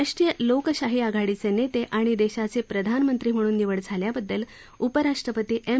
राष्ट्रीय लोकशाही आघाडीचे नेते आणि देशाचे प्रधानमंत्री म्हणून निवड झाल्याबददल उपराष्ट्रपती एम